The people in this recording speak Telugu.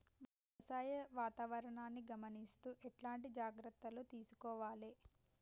వ్యవసాయ వాతావరణాన్ని గమనిస్తూ ఎట్లాంటి జాగ్రత్తలు తీసుకోవాలే?